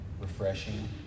refreshing